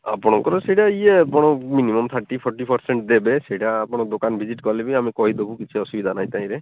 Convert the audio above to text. ଆପଣଙ୍କର ସେଇଟା ଇଏ ଆପଣ ମିନିମମ୍ ଥାର୍ଟି ଫୋର୍ଟି ପରସେଣ୍ଟ୍ ଦେବେ ସେଇଟା ଆପଣ ଦୋକାନ ଭିଜିଟ୍ କଲେବି ଆମେ କହିଦେବୁ କିଛି ଅସୁବିଧା ନାହିଁ ତହିଁରେ